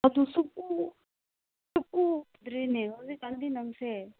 ꯑꯗꯨ ꯁꯨꯛꯎ ꯎꯗ꯭ꯔꯦꯅꯦ ꯍꯧꯖꯤꯛꯀꯥꯟꯗꯤ ꯅꯪꯁꯦ